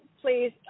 please